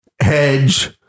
Hedge